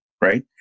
Right